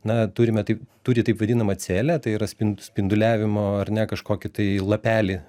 na turime taip turi taip vadinamą celę tai yra spin spinduliavimo ar ne kažkokį tai lapelį